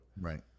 Right